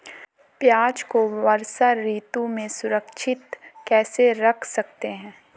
प्याज़ को वर्षा ऋतु में सुरक्षित कैसे रख सकते हैं?